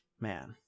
man